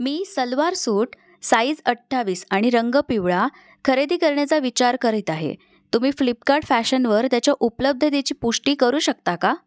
मी salwar suit size अठ्ठावीस आणि रंग पिवळा खरेदी करण्याचा विचार करीत आहे तुम्ही फ्लिपकाट फॅशनवर त्याच्या उपलब्धतेची पुष्टी करू शकता का